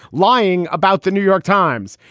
lying about the new york times.